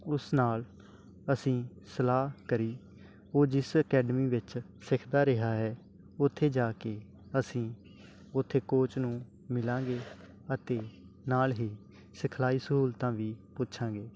ਉਸ ਨਾਲ ਅਸੀਂ ਸਲਾਹ ਕਰੀ ਉਹ ਜਿਸ ਅਕੈਡਮੀ ਵਿੱਚ ਸਿੱਖਦਾ ਰਿਹਾ ਹੈ ਉੱਥੇ ਜਾ ਕੇ ਅਸੀਂ ਉੱਥੇ ਕੋਚ ਨੂੰ ਮਿਲਾਂਗੇ ਅਤੇ ਨਾਲ ਹੀ ਸਿਖਲਾਈ ਸਹੂਲਤਾਂ ਵੀ ਪੁੱਛਾਂਗੇ